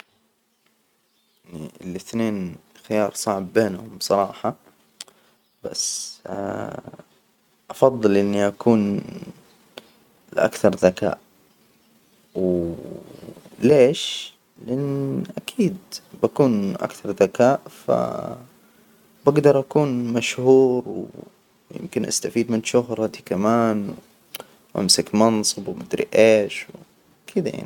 الإثنين خيار صعب بينهم بصراحة، بس افضل اني اكون الأكثر ذكاء، و ليش؟ لأن أكيد بكون أكثر ذكاء، فا بجدر أكون مشهور، و يمكن أستفيد من شهرتي كمان، و أمسك منصب و مدري إيش و كده يعني.